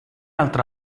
altra